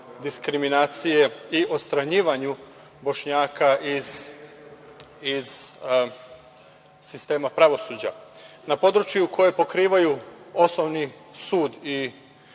diskriminacije i odstranjivanju Bošnjaka iz sistema pravosuđa. Na području koji pokrivaju Osnovni sud i